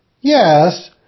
Yes